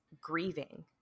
grieving